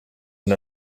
and